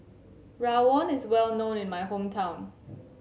rawon is well known in my hometown